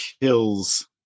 kills